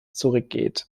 zurückgeht